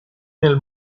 nel